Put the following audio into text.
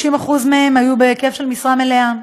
60% מהן היו בהיקף של משרה מלאה,